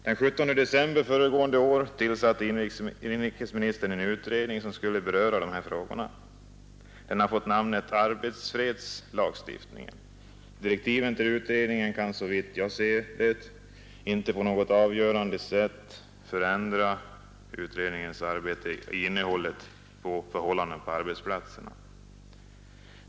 Den 17 december föregående år tillsatte inrikesministern en utredning som skulle beröra dessa frågor. Den har fått namnet arbetsfredslagstiftningssakkunniga. Direktiven till utredningen kan såvitt jag ser det inte på något avgörande sätt medföra att de nuvarande maktförhållandena på arbetsplatserna förändras.